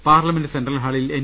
parliament central ഹാളിൽ N